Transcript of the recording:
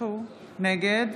נגד